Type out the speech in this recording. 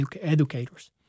educators